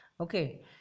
okay